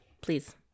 Please